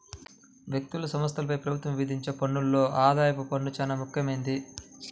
వ్యక్తులు, సంస్థలపై ప్రభుత్వం విధించే పన్నుల్లో ఆదాయపు పన్ను చానా ముఖ్యమైంది